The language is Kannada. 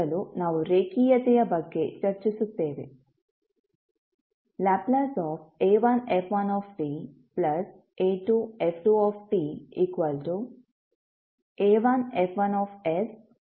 ಮೊದಲು ನಾವು ರೇಖೀಯತೆಯ ಬಗ್ಗೆ ಚರ್ಚಿಸುತ್ತೇವೆ La1f1ta2f2ta1F1sa2F2s ಆಗಿದೆ